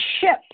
ship